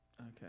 Okay